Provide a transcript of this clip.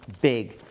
big